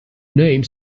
name